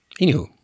Anywho